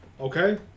okay